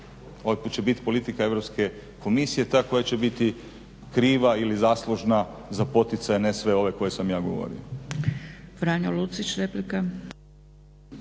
Ako će biti politika Europske komisije ta koja će biti kriva ili zaslužna za poticaje, ne sve, ove koje sam ja govorio.